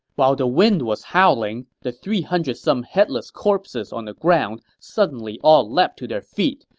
while the wind was howling, the three hundred some headless corpses on the ground suddenly all leaped to their feet,